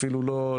אפילו לא,